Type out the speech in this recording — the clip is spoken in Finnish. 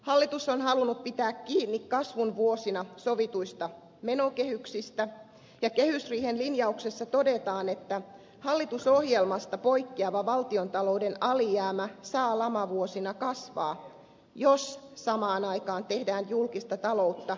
hallitus on halunnut pitää kiinni kasvun vuosina sovituista menokehyksistä ja kehysriihen lin jauksessa todetaan että hallitusohjelmasta poikkeava valtiontalouden alijäämä saa lamavuosina kasvaa jos samaan aikaan tehdään julkista ta loutta vahvistavia päätöksiä